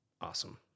awesome